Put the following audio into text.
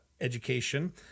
education